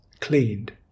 cleaned